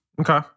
Okay